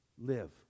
live